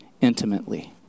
intimately